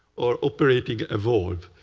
or operating a vault.